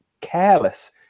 careless